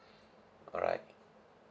all right